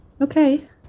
Okay